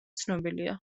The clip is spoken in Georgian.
ცნობილია